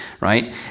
right